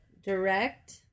Direct